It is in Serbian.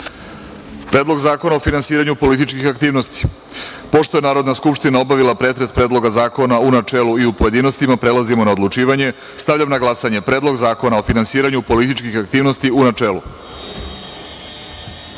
Predlog zakona o finansiranju političkih aktivnosti. Pošto je Narodna skupština obavila pretres Predloga zakona u načelu i u pojedinostima, prelazimo na odlučivanje. Stavljam na glasanje Predlog zakona o finansiranju političkih aktivnosti, u